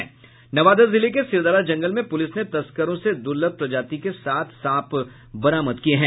नवादा जिले के सिरदला जंगल में पूलिस ने तस्करों से दूर्लभ प्रजाति के सात सांप बरामद किये है